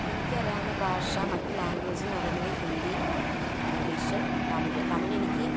എനിക്ക് അറിയാവുന്ന ഭാഷ മറ്റു ലാംഗ്വേജ് എന്ന് പറയുന്നത് ഹിന്ദി ഇംഗ്ലീഷ് തമിഴ് തമിഴ് എനിക്ക്